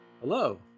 hello